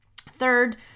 Third